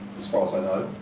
as far as i know,